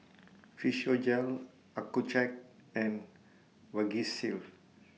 Physiogel Accucheck and Vagisil